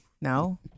no